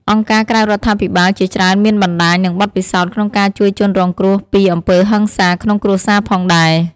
អង្គការក្រៅរដ្ឋាភិបាលជាច្រើនមានបណ្ដាញ និងបទពិសោធន៍ក្នុងការជួយជនរងគ្រោះពីអំពើហិង្សាក្នុងគ្រួសារផងដែរ។